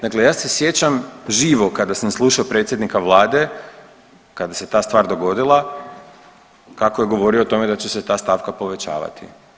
Dakle, ja se sjećam živo kada sam slušao predsjednika Vlade kada se ta stvar dogodila kako je govorio o tome da će se ta stavka povećavati.